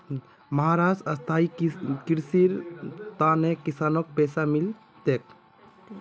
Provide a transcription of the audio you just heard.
महाराष्ट्रत स्थायी कृषिर त न किसानक पैसा मिल तेक